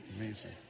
Amazing